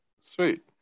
Sweet